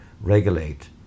regulate